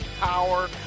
power